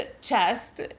chest